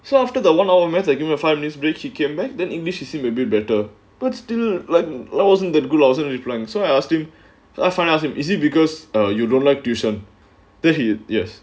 so after the one hour method give me five minutes break she came back then english is seem a be better but still learn it wasn't that good lah she replied so I asked him I found ask him easy because you don't like tuition then he yes